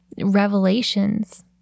revelations